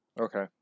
Okay